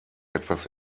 etwas